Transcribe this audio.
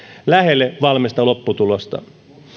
lähelle valmista lopputulosta